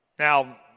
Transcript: Now